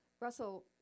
Russell